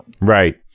Right